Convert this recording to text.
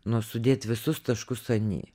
nu sudėt visus taškus an i